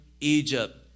Egypt